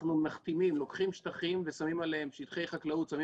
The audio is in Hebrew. אנחנו מכתימים לוקחים שטחי חקלאות ושמים